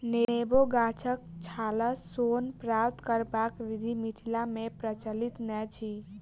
नेबो गाछक छालसँ सोन प्राप्त करबाक विधि मिथिला मे प्रचलित नै अछि